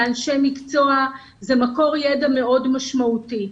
לאנשי מקצוע וזה מקור ידע מאוד משמעותי.